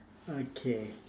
okay